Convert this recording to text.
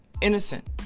innocent